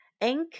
Ink